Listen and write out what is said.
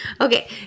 Okay